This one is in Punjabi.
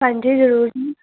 ਹਾਂਜੀ ਜ਼ਰੂਰ ਜੀ